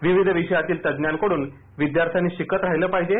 विविध विषयांतील तज्ज्ञांकडून विद्यार्थ्यांनी शिकत राहिलं पाहिजे